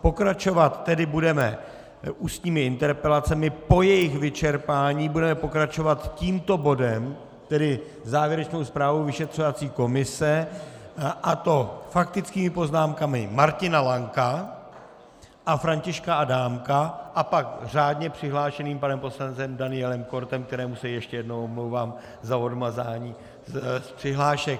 Pokračovat tedy budeme ústními interpelacemi, po jejich vyčerpání budeme pokračovat tímto bodem, tedy závěrečnou zprávou vyšetřovací komise, a to faktickými poznámkami Martina Lanka a Františka Adámka a pak řádně přihlášeným panem poslancem Danielem Kortem, kterému se ještě jednou omlouvám za odmazání z přihlášek.